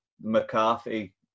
McCarthy